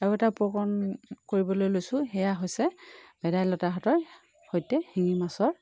আৰু এটা উপকৰণ কৰিবলৈ লৈছোঁ সেয়া হৈছে ভেদাইলতাহঁতৰ সৈতে শিঙি মাছৰ